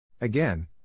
Again